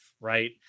right